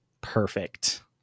perfect